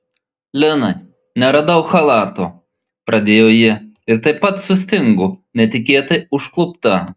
linai neradau chalato pradėjo ji ir taip pat sustingo netikėtai užklupta